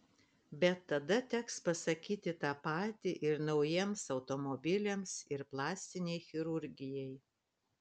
bet tada teks pasakyti tą patį ir naujiems automobiliams ir plastinei chirurgijai